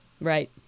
Right